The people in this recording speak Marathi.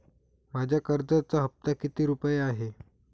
माझ्या कर्जाचा हफ्ता किती रुपये आहे?